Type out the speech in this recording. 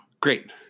Great